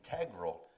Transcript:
integral